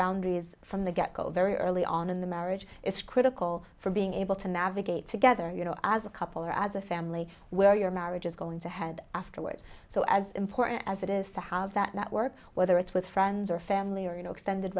boundaries from the get go very early on in the marriage it's critical for being able to navigate together you know as a couple or as a family where your marriage is going to head afterwards so as important as it is to have that work whether it's with friends or family or you know extended